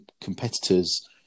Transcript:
competitors